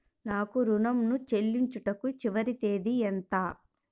నా ఋణం ను చెల్లించుటకు చివరి తేదీ ఎంత?